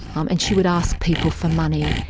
um and she would ask people for money,